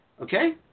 Okay